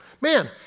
Man